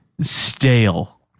stale